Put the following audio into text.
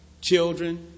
children